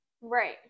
Right